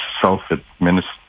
self-administered